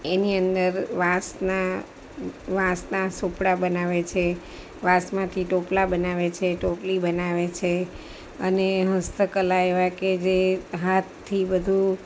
એની અંદર વાંસનાં વાંસનાં સૂપડાં બનાવે છે વાંસમાંથી ટોપલાં બનાવે છે ટોપલી બનાવે છે અને હસ્તકલા એવાં કે જે હાથથી બધું